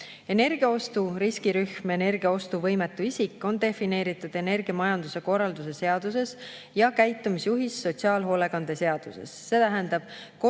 Energiaostu riskirühm ja energiaostuvõimetu isik on defineeritud energiamajanduse korralduse seaduses ja käitumisjuhis sotsiaalhoolekande seaduses. See tähendab,